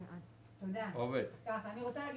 אני לא